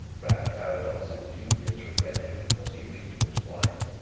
ran carrados's dubious reflection as he reached this point.